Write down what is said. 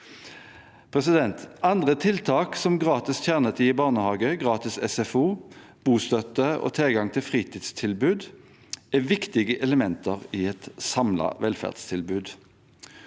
utmåles. Andre tiltak, som gratis kjernetid i barnehage, gratis SFO, bostøtte og tilgang til fritidstilbud, er viktige elementer i et samlet velferdstilbud.